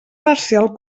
parcial